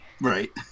right